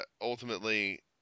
ultimately